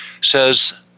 says